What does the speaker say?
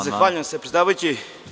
Zahvaljujem se, predsedavajući.